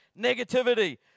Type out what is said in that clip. negativity